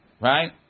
right